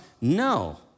No